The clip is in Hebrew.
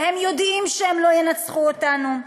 והם יודעים שהם לא ינצחו אותנו,